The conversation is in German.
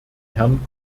herrn